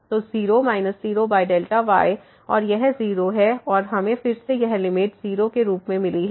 तो 0 0Δy और यह 0 है और हमें फिर से यह लिमिट 0 के रूप में मिली है